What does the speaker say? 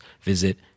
visit